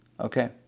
Okay